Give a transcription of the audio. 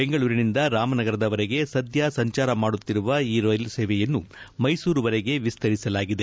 ಬೆಂಗಳೂರಿನಿಂದ ರಾಮನಗರದವರೆಗೆ ಸದ್ಯ ಸಂಚಾರ ಮಾಡುತ್ತಿರುವ ಈ ರೈಲು ಸೇವೆಯನ್ನು ಮೈಸೂರುವರೆಗೆ ವಿಸ್ತರಿಸಲಾಗಿದೆ